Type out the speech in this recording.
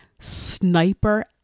sniper